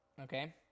Okay